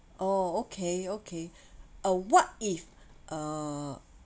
oh okay okay uh what if uh